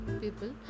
people